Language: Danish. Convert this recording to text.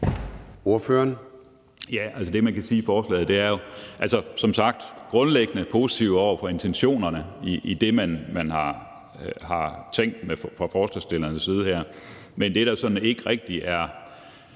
Skaarup (DD): Altså, det, jeg kan sige om forslaget, er, at vi som sagt grundlæggende er positive over for intentionerne i det, man har tænkt fra forslagsstillernes side her. Men det, der jo ikke rigtig er